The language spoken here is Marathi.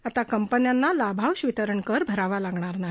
आता कंपन्यांना लाभांश वितरण कर भरावा लागणार नाही